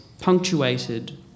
punctuated